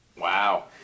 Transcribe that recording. wow